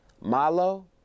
Malo